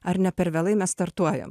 ar ne per vėlai mes startuojam